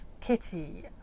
Kitty